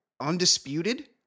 undisputed